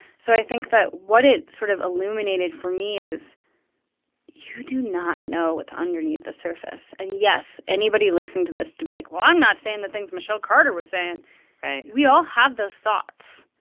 so i think that what it sort of illuminated for me is you do not know what's underneath the surface. and, yes, anybody listen to this to be like, well, i'm not saying the things michelle carter was saying right we all have those thoughts